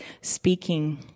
speaking